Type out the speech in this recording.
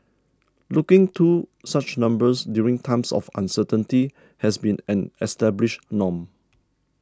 looking to such numbers during times of uncertainty has been an established norm